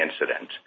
incident